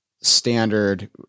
standard